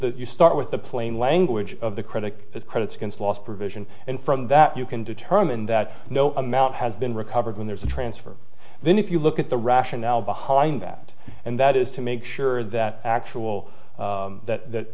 that you start with the plain language of the critic credits against loss provision and from that you can determine that no amount has been recovered when there's a transfer then if you look at the rationale behind that and that is to make sure that actual that